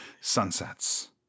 Sunsets